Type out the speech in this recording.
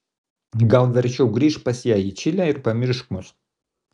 gal verčiau grįžk pas ją į čilę ir pamiršk mus